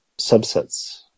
subsets